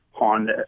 On